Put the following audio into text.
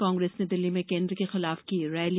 कांग्रेस ने दिल्ली में केन्द्र के खिलाफ की रैली